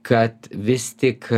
kad vis tik